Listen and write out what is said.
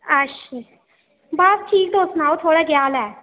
अच्छा बस ठीक तुस सनाओ थुआढ़ा केह् हाल ऐ